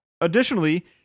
Additionally